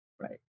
Right